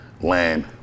Land